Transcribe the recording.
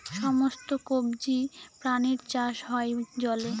সমস্ত কবজি প্রাণীর চাষ হয় জলে